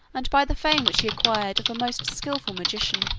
and by the fame which he acquired of a most skilful magician.